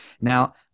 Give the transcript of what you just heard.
now